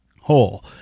whole